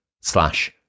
slash